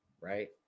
right